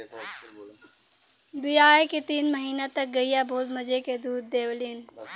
बियाये के तीन महीना तक गइया बहुत मजे के दूध देवलीन